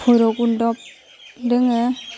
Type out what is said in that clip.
भैरब खन्धक दङ